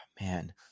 Man